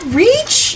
reach